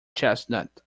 chestnut